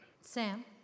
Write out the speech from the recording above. Sam